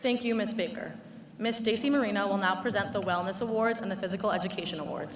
think humans bigger mistakes the merino will not present the wellness awards on the physical education